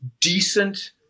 decent